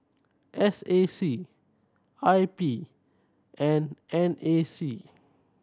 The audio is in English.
S A C I P and N A C